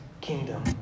kingdom